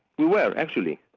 we were, actually.